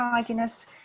tidiness